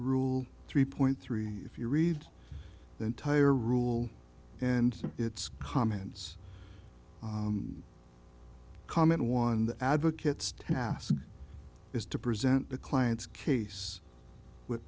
rule three point three if you read the entire rule and it's comments comment one that advocates task is to present the client's case with